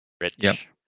Rich